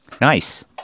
Nice